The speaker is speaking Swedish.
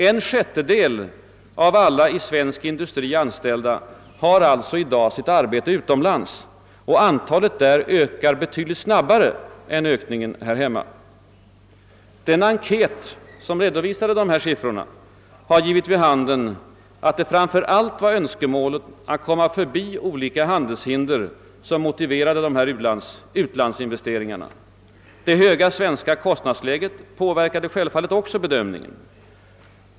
En sjättedel av alla i svensk industri anställda har alltså i dag sitt arbete utomlands, och antalet där ökar betydligt snabbare än ökningen sker här hemma. Den enkät som redovisade dessa siffror har givit vid handen att det framför allt var önskemålet att komma förbi olika handelshinder som motiverade utlandsinvesteringarna. Det höga svenska kostnadsläget påverkade självfallet också bedömningen.